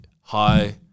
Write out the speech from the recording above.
hi